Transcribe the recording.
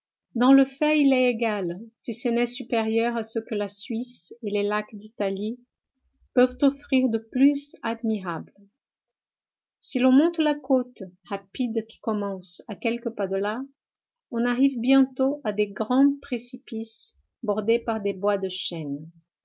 dans le fait il est égal si ce n'est supérieur à ce que la suisse et les lacs d'italie peuvent offrir de plus admirable si l'on monte la côte rapide qui commence à quelques pas de là on arrive bientôt à de grands précipices bordés par des bois de chênes